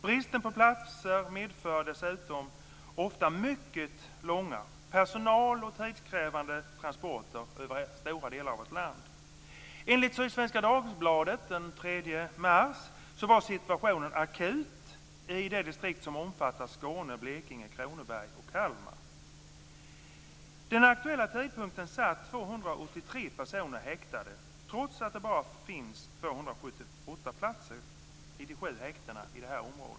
Bristen på platser medför dessutom ofta mycket långa personal och tidskrävande transporter över stora delar av vårt land. Enligt Sydsvenska Dagbladet den 3 mars var situationen akut i det distrikt som omfattar Skåne, Blekinge, Kronoberg och Kalmar. Den aktuella tidpunkten satt 283 personer häktade - trots att det bara finns 278 platser i de sju häktena i området.